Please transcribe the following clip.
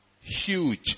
huge